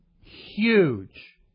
huge